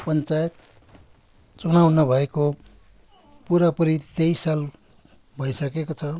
पञ्चायत चुनाउ नभएको पुरापुरी तेइस साल भइसकेको छ